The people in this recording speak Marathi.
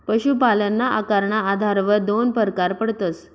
पशुपालनना आकारना आधारवर दोन परकार पडतस